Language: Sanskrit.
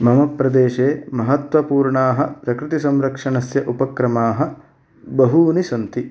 मम प्रदेशे महत्वपूर्णाः प्रकृतिसंरक्षणस्य उपक्रमाः बहूनि सन्ति